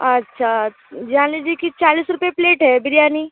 अच्छा जान लीजिए कि चालीस रुपए प्लेट है बिरयानी